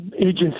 agencies